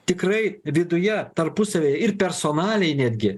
tikrai viduje tarpusavyje ir personaliai netgi